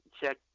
check